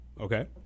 Okay